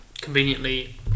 conveniently